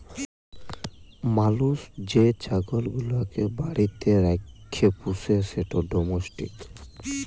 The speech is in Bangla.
মালুস যে ছাগল গুলাকে বাড়িতে রাখ্যে পুষে সেট ডোমেস্টিক